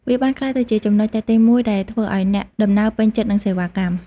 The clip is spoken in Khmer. វាបានក្លាយទៅជាចំណុចទាក់ទាញមួយដែលធ្វើឱ្យអ្នកដំណើរពេញចិត្តនឹងសេវាកម្ម។